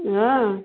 ହଁ